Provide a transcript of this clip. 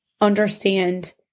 understand